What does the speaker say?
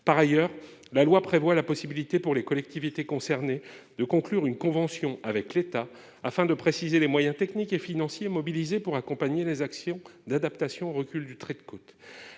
par ailleurs, la loi prévoit la possibilité pour les collectivités concernées de conclure une convention avec l'État afin de préciser les moyens techniques et financiers mobilisés pour accompagner les actions d'adaptation au recul du trait de côte,